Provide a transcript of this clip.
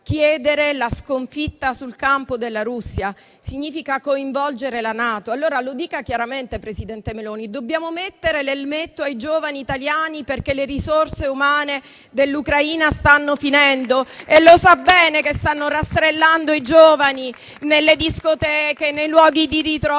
chiedere la sconfitta sul campo della Russia? Significa coinvolgere la NATO. Allora lo dica chiaramente, presidente Meloni, che dobbiamo mettere l'elmetto ai giovani italiani perché le risorse umane dell'Ucraina stanno finendo. Sa bene che stanno rastrellando i giovani nelle discoteche e nei luoghi di ritrovo,